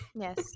Yes